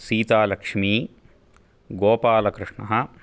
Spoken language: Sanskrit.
सीतालक्ष्मी गोपालकृष्णः